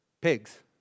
pigs